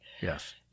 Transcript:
Yes